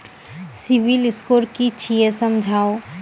Civil score कि छियै समझाऊ?